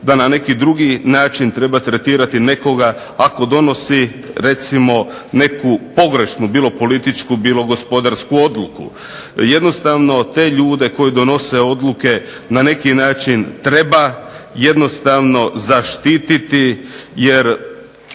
da na neki drugi način treba tretirati nekoga ako donosi recimo neku pogrešnu, bilo političku bilo gospodarsku, odluku. Jednostavno te ljude koji donose odluke na neki način treba jednostavno zaštititi jer